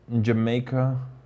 Jamaica